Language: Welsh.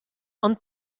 ond